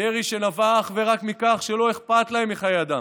ירי שנבע אך ורק מכך שלא אכפת להם מחיי אדם,